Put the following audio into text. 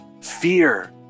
Fear